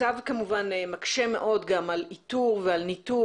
המצב כמובן מקשה מאוד גם על איתור ועל ניטור